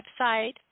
website